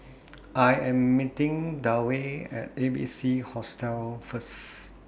I Am meeting Dewey At A B C Hostel First